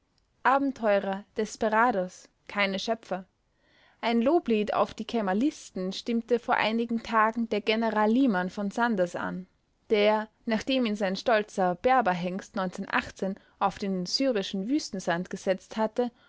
abenteurer desperados keine schöpfer ein loblied auf die kemalisten stimmte vor einigen tagen der general liman v sanders an der nachdem ihn sein stolzer berberhengst auf den syrischen wüstensand gesetzt hat